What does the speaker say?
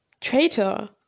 Traitor